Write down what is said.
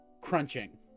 crunching